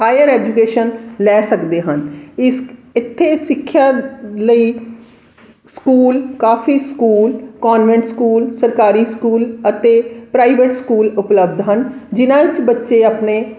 hire education ਲੈ ਸਕਦੇ ਹਨ ਇਸ ਇੱਥੇ ਸਿੱਖਿਆ ਲਈ ਸਕੂਲ ਕਾਫੀ ਸਕੂਲ ਕੋਂਨਵੈਂਟ ਸਕੂਲ ਸਰਕਾਰੀ ਸਕੂਲ ਅਤੇ ਪ੍ਰਾਈਵੇਟ ਸਕੂਲ ਉਪਲਬਧ ਹਨ ਜਿਨ੍ਹਾਂ 'ਚ ਬੱਚੇ ਆਪਣੇ